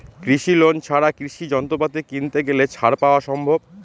কৃষি লোন ছাড়া কৃষি যন্ত্রপাতি কিনতে গেলে ছাড় পাওয়া সম্ভব?